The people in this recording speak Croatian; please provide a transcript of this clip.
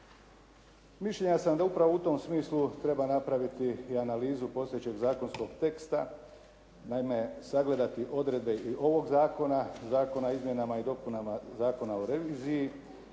Mišljenja sam da upravo u tom smislu treba napraviti i analizu postojećeg zakonskog teksta, naime sagledati odredbe i ovog zakona, Zakona o izmjenama i dopunama Zakona o reviziji,